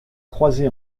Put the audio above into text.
croisé